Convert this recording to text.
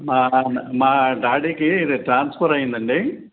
మా మా డాడీకి ట్రాన్స్ఫర్ అయ్యింది అండి